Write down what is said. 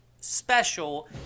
special